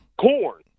corn